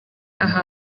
aho